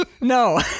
No